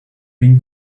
been